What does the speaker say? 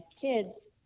kids